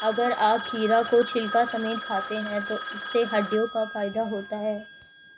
अगर आप खीरा को छिलका समेत खाते हैं तो इससे हड्डियों को फायदा होता है